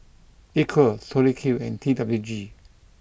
Equal Tori Q and T W G